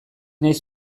naiz